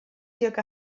tuag